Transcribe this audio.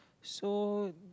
so